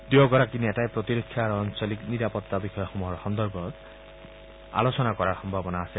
দুয়োগৰাকী নেতাই প্ৰতিৰক্ষা আৰু আঞ্চলিক নিৰাপত্তা বিষয়সমূহৰ সন্দৰ্ভত আলোচনা কৰাৰ সম্ভাৱনা আছে